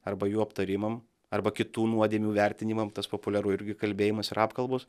arba jų aptarimam arba kitų nuodėmių vertinimam tas populiaru irgi kalbėjimas ir apkalbos